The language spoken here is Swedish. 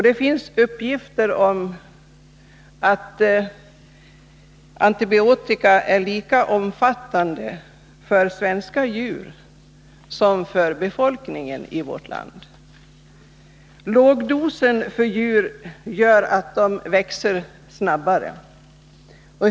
Det finns uppgifter som säger att antibiotikatilldelningen är lika omfattande för svenska djur som för befolkningen. Lågdosen för djur gör att de växer snabbare.